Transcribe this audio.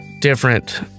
different